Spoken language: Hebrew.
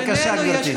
בבקשה, גברתי.